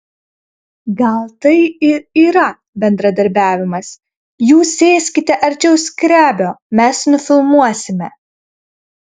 gal tai ir yra bendradarbiavimas jūs sėskite arčiau skrebio mes nufilmuosime